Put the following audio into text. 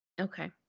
Okay